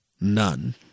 none